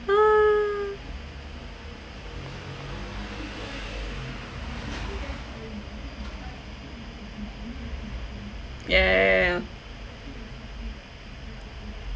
!huh! yeah